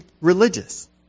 religious